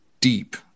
deep